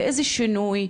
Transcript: לאיזה שינוי,